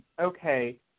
okay